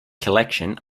collection